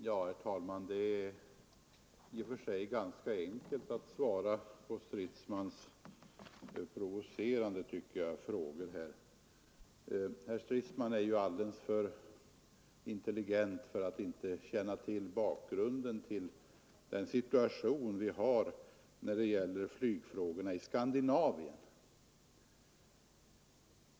Herr talman! Det är i och för sig enkelt att svara på herr Stridsmans —- provocerande tycker jag — frågor. Herr Stridsman är alldeles för intelligent för att inte känna till bakgrunden till situationen när det gäller flygfrågorna i Skandinavien.